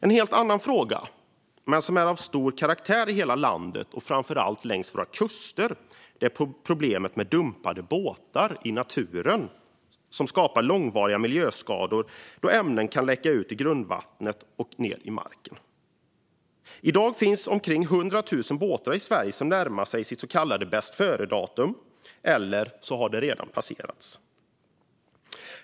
En annan fråga, som är av stor vikt i hela landet och framför allt längs våra kuster, rör problemet med dumpade båtar i naturen. Dessa kan skapa långvariga miljöskador om ämnen läcker ut ned i marken och ut i grundvattnet. I dag finns omkring 100 000 båtar i Sverige som närmar sig sitt bästföredatum eller redan har passerat det.